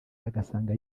agasanga